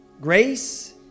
grace